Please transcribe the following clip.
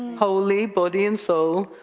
wholly, body and so